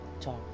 talk